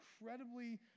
incredibly